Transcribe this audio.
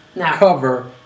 cover